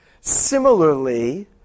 Similarly